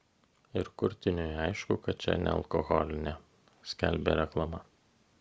ir kurtiniui aišku kad čia nealkoholinė skelbė reklama